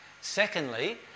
secondly